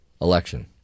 election